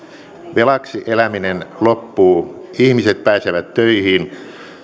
velaksi eläminen loppuu ihmiset pääsevät töihin